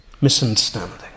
misunderstanding